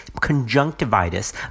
conjunctivitis